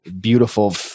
beautiful